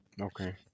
Okay